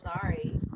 sorry